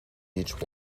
each